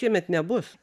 šiemet nebus